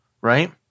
right